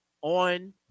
on